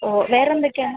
ഓ വേറെന്തൊക്കെയാണ്